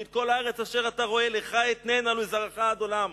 כי את כל הארץ אשר אתה רואה לך אתננה ולזרעך עד עולם".